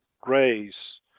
grace